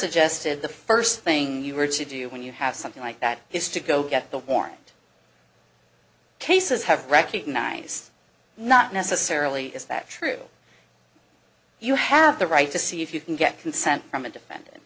suggested the first thing you are to do when you have something like that is to go get the warrant cases have recognized not necessarily is that true you have the right to see if you can get consent from a defendant